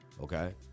okay